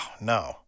no